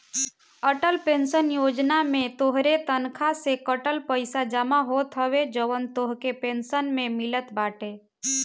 Atal pension योजना में तोहरे तनखा से कटल पईसा जमा होत हवे जवन तोहके पेंशन में मिलत बाटे